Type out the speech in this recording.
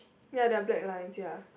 ya there are black lines ya